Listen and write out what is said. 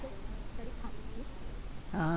ah